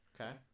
Okay